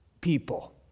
people